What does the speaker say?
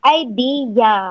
idea